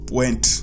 went